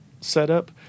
setup